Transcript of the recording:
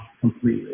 completely